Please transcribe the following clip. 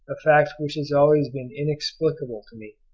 a fact which has always been inexplicable to me.